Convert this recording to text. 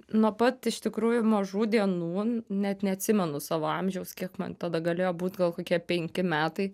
nuo pat iš tikrųjų mažų dienų net neatsimenu savo amžiaus kiek man tada galėjo būt gal kokie penki metai